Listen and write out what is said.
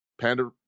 panda